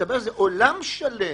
מסתבר שזה עולם שלם,